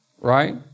Right